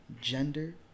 gender